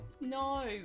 no